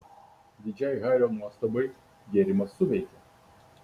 didžiai hario nuostabai gėrimas suveikė